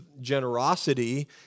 generosity